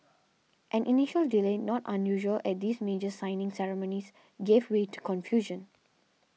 an initial delay not unusual at these major signing ceremonies gave way to confusion